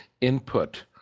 input